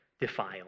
defile